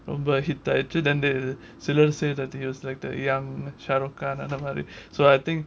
ரொம்ப:romoba hit ஆகிட்டு:aakitu than the சிலரு:silaru say that he's like the young sharo khan so I think